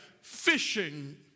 fishing